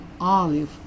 olive